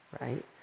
right